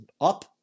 up